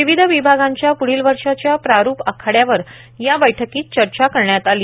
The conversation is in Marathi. विविध विभागांच्या प्ढील वर्षाच्या प्रारूप आराखड्यावर या बैठकीत चर्चा करण्यात आली